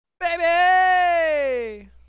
Baby